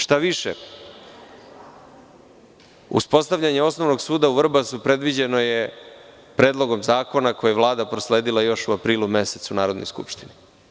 Šta više, uspostavljanje osnovnog suda u Vrbasu predviđeno je predlogom zakona koji je Vlada prosledila još u aprilu mesecu Narodnoj skupštini.